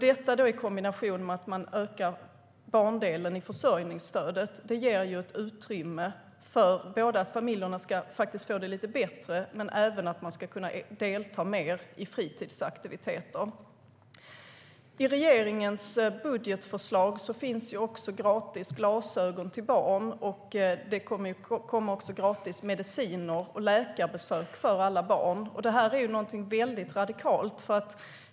Detta i kombination med att vi ökar barndelen i försörjningsstödet ger ett utrymme för att familjerna ska få det lite bättre och för att barnen ska kunna delta mer i fritidsaktiviteter. I regeringens budgetförslag finns även gratis glasögon till barn med. Det kommer också att bli gratis mediciner och läkarbesök för alla barn. Detta är någonting mycket radikalt.